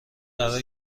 قرار